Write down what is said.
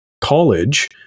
college